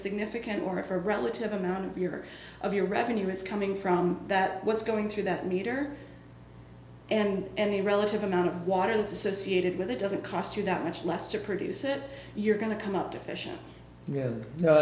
significant moment for a relative amount of your of your revenue is coming from that what's going through that meter and the relative amount of water that's associated with it doesn't cost you that much less to produce it you're going to come up deficient y